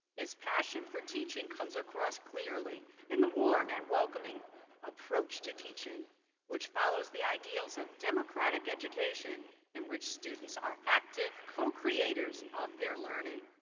his passion for teaching comes across clearly in the warm and welcoming approach to teaching which follows the ideals of democratic education in which students are active co creators of their learning.